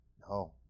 No